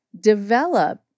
develop